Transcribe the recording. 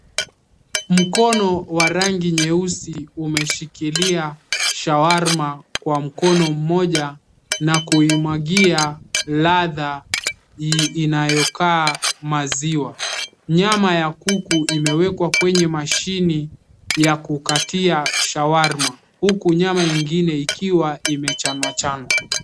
Mkono wa rangi nyeusi umeshikilia shawarma kwa mkono mmoja na kuimwagia ladha inayokaa maziwa. Nyama ya kuku imewekwa kwenye mashine ya kukatia shawarma, huku nyama ingine ikiwa imechanwa chanwa.